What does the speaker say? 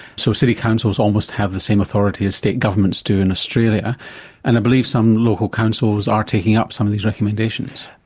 so city councils almost have the same authority as state governments do in australia and i believe some local councils are taking up some of these recommendations.